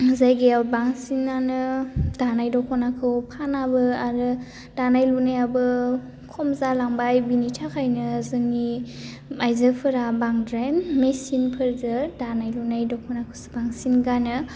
जायगायाव बांसिनानो दानाय दख'नाखौ फानाबो आरो दानाय लुनायाबो खम जालांबाय बिनि थाखायनो जोंनि आइजोफोरा बांद्राय मेसिनफोरजों दानाय लुनाय दख'नाखौसो बांसिन गानो